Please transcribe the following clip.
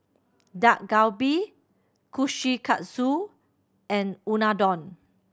Dak Galbi Kushikatsu and Unadon